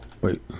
wait